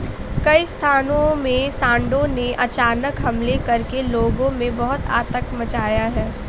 कई स्थानों में सांडों ने अचानक हमले करके लोगों में बहुत आतंक मचाया है